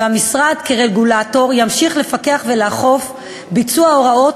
והמשרד כרגולטור ימשיך לפקח ולאכוף ביצוע הוראות,